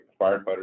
Firefighters